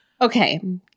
okay